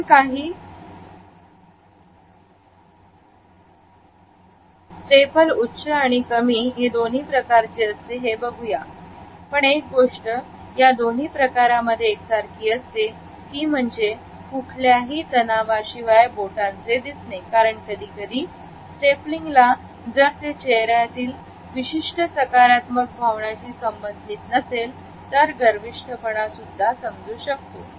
आपण काही बदल्यात बघू स्टेपल उच्च आणि कमी दोन्ही प्रकारचे असते पण एक गोष्ट या दोन्ही प्रकारांमध्ये एक सारखी असते ती म्हणजे कुठल्याही तनाव शिवाय बोटांचे दिसणे कारण कधीकधी स्टेपलींगला जर ते चेहऱ्यावरील विशिष्ट सकारात्मक भावनांशी संबंधित नसेल तर गर्विष्ठपणा सुद्धा समजू शकतो